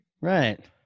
Right